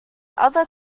other